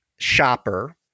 shopper